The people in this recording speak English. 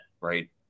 right